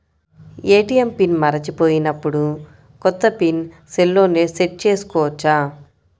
ATM PIN మరచిపోయినప్పుడు, కొత్త PIN సెల్లో సెట్ చేసుకోవచ్చా?